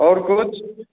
और कुछ